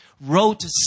wrote